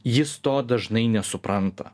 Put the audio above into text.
jis to dažnai nesupranta